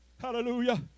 Hallelujah